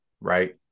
right